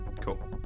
cool